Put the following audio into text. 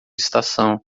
estação